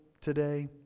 today